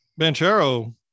Banchero